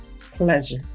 pleasure